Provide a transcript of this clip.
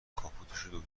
کاپوتشو